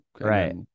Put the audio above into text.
right